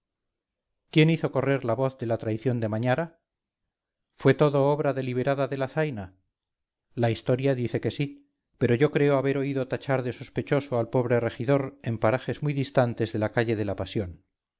quién hizo correr la voz de la traición de mañara fue todo obra deliberada de la zaina la historia dice que sí pero yo creo haber oído tachar de sospechoso al pobre regidor en parajes muy distantes de la calle de la pasión